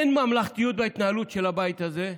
שאין ממלכתיות בהתנהלות של הבית הזה,